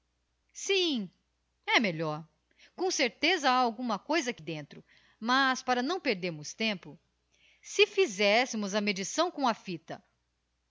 sim é melhor com certeza ha alguma coisa ahi dentro mas para não perdermos tempo si fizéssemos a medição com a fita